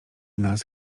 nas